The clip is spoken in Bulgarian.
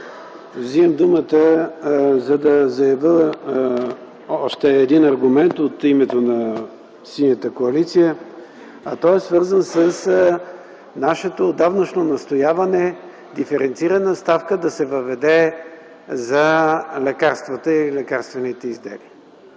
Вземам думата, за да заявя още един аргумент от името на Синята коалиция, а той е свързан с нашето отдавнашно настояване да се въведе диференцирана ставка за лекарствата и лекарствените изделия.